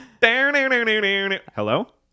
Hello